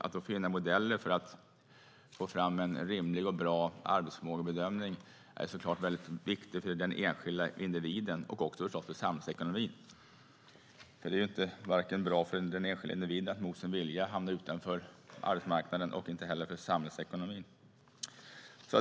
Att då finna modeller för att ta fram en rimlig och bra arbetsförmågebedömning är såklart väldigt viktigt för den enskilda individen, och förstås också för samhällsekonomin. Att man mot sin vilja hamnar utanför arbetsmarknaden är ju inte bra, varken för den enskilde individen eller för samhällsekonomin.